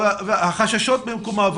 החששות במקומם,